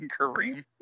Kareem